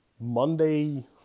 Monday